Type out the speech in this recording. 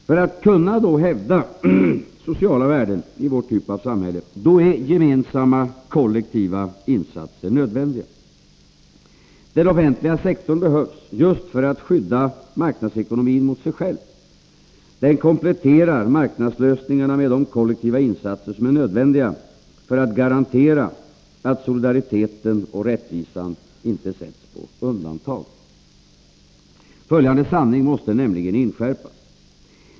För att kunna hävda sociala värden i vår typ av samhälle, då är gemensamma, kollektiva insatser nödvändiga. Den offentliga sektorn behövs, just för att skydda marknadsekonomin mot sig själv; den kompletterar marknadslösningarna med de kollektiva insatser som är nödvändiga för att garantera att solidariteten och rättvisan inte sätts på undantag. Följande sanning måste nämligen inskärpas.